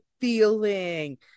feeling